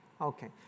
Okay